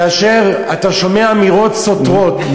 כאשר אתה שומע אמירות סותרות,